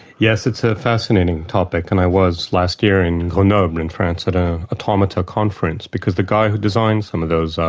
yes, it's a fascinating topic, and i was last year in grenoble, in france, at an automata conference because the guy who designed some of those,